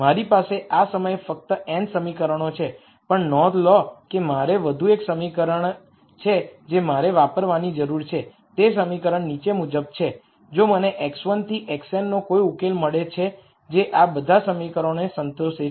મારી પાસે આ સમયે ફક્ત n સમીકરણો છે પણ નોંધ લો કે મારે વધુ એક સમીકરણ છે જે મારે વાપરવાની જરૂર છે અને તે સમીકરણ નીચે મુજબ છે જો મને x1 થી xn નો કોઈ સોલ્યુશન મળે છે જે આ બધા સમીકરણોને સંતોષે છે